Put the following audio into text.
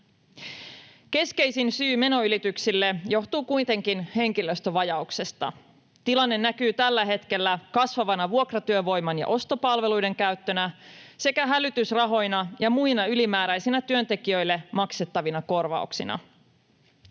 Keskeisin syy menoylityksille johtuu kuitenkin henkilöstövajauksesta. Tilanne näkyy tällä hetkellä kasvavana vuokratyövoiman ja ostopalveluiden käyttönä sekä hälytysrahoina ja muina ylimääräisinä työntekijöille maksettavina korvauksina.